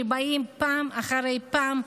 שבאים פעם אחר פעם,